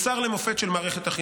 ותוצר למופת של מערכת החינוך.